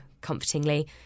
comfortingly